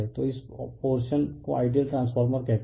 तो इस पोरशन को आइडियल ट्रांसफार्मर कहते हैं